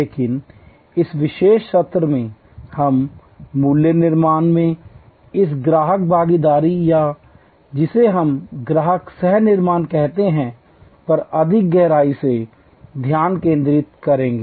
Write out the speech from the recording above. लेकिन इस विशेष सत्र में हम मूल्य निर्माण में इस ग्राहक भागीदारी या जिसे हम ग्राहक सह निर्माण कहते हैं पर अधिक गहराई से ध्यान केंद्रित करेंगे